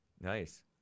Nice